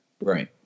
Right